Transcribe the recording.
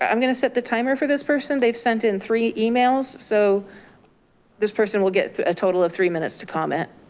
i'm gonna set the timer for this person, they've sent in three emails. so this person will get a total of three minutes to comment.